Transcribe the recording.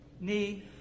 Knee